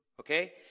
Okay